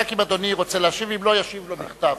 רק אם אדוני רוצה להשיב, אם לא, ישיב לו בכתב.